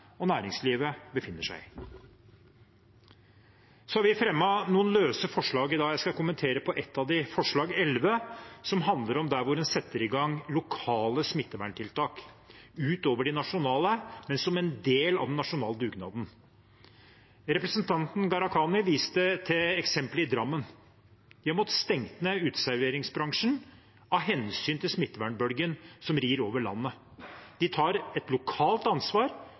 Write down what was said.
og næringslivet befinner seg i. Vi har fremmet noen såkalt løse forslag i dag. Jeg skal kommentere ett av dem, forslag nr. 11, som handler om at en setter i gang lokale smitteverntiltak utover de nasjonale, men som en del av den nasjonale dugnaden. Representanten Gharahkhani viste til eksemplet i Drammen. De har måttet stenge ned serveringsbransjen av hensyn til smittebølgen som rir over landet. De tar et lokalt ansvar